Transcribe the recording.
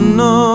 no